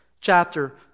chapter